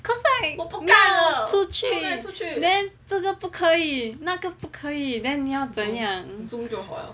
cause like 你要出去 and then 这个不可以那个不可以 then 你要怎样